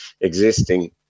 existing